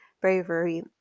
bravery